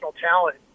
talent